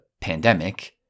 pandemic